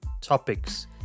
topics